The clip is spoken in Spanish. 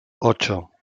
ocho